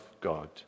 God